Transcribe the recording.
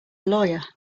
lawyer